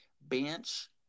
bench